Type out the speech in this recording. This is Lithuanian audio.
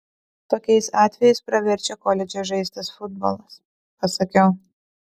tokiais atvejais praverčia koledže žaistas futbolas pasakiau